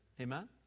Amen